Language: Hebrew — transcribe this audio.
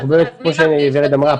כמו שוורד אמרה,